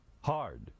hard